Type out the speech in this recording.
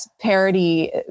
parody